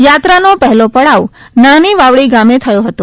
યાત્રાનો હેલો ડાવ નાની વાવડી ગામે થયો હતો